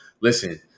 listen